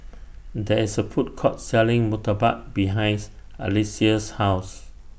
There IS A Food Court Selling Murtabak behinds Alycia's House